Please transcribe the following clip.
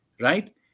Right